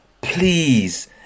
Please